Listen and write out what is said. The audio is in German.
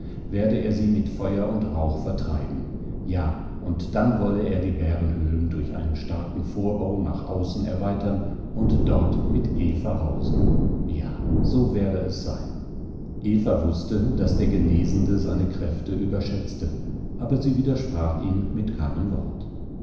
werde er sie mit feuer und rauch vertreiben ja und dann wolle er die bärenhöhlen durch einen starken vorbau nach außen erweitern und dort mit eva hausen ja so werde es sein eva wußte daß der genesende seine kräfte überschätzte aber sie widersprach ihm mit keinem wort